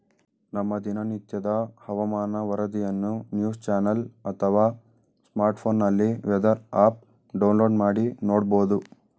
ನಮ್ಮ ದಿನನಿತ್ಯದ ಹವಾಮಾನ ವರದಿಯನ್ನು ನ್ಯೂಸ್ ಚಾನೆಲ್ ಅಥವಾ ಸ್ಮಾರ್ಟ್ಫೋನ್ನಲ್ಲಿ ವೆದರ್ ಆಪ್ ಡೌನ್ಲೋಡ್ ಮಾಡಿ ನೋಡ್ಬೋದು